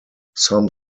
some